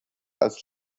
als